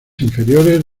inferiores